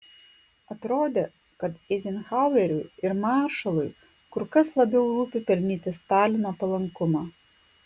atrodė kad eizenhaueriui ir maršalui kur kas labiau rūpi pelnyti stalino palankumą